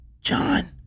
John